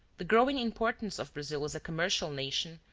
the growing importance of brazil as a commercial nation,